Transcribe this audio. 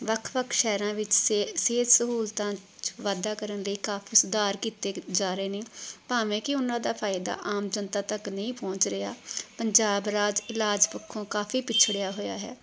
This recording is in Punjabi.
ਵੱਖ ਵੱਖ ਸ਼ਹਿਰਾਂ ਵਿੱਚ ਸੇ ਸਿਹਤ ਸਹੂਲਤਾਂ 'ਚ ਵਾਧਾ ਕਰਨ ਲਈ ਕਾਫੀ ਸੁਧਾਰ ਕੀਤੇ ਕ ਜਾ ਰਹੇ ਨੇ ਭਾਵੇਂ ਕਿ ਉਹਨਾਂ ਦਾ ਫਾਇਦਾ ਆਮ ਜਨਤਾ ਤੱਕ ਨਹੀਂ ਪਹੁੰਚ ਰਿਹਾ ਪੰਜਾਬ ਰਾਜ ਇਲਾਜ ਪੱਖੋਂ ਕਾਫੀ ਪਛੜਿਆ ਹੋਇਆ ਹੈ